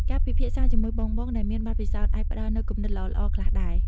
ការពិភាក្សាជាមួយបងៗដែលមានបទពិសោធន៍ អាចផ្តល់នូវគំនិតល្អៗខ្លះដែរ។